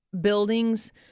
buildings